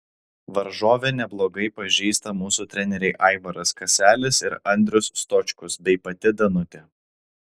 varžovę neblogai pažįsta mūsų treneriai aivaras kaselis ir andrius stočkus bei pati danutė